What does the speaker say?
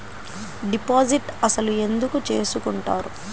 Deposit అసలు ఎందుకు చేసుకుంటారు?